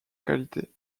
qualité